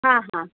हां हां